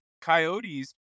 coyotes